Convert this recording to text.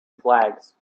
flags